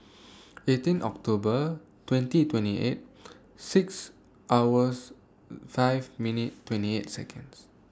eighteen October twenty twenty eight six hours five minute twenty eight Seconds